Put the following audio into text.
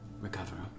recover